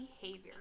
behavior